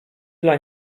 dla